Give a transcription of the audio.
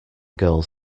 girls